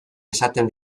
esaten